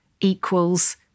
equals